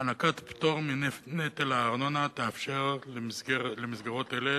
הענקת פטור מנטל הארנונה תאפשר למסגרות אלה